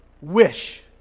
wish